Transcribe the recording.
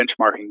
benchmarking